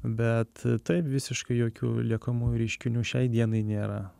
bet taip visiškai jokių liekamųjų reiškinių šiai dienai nėra